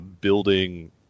building